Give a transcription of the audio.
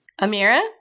Amira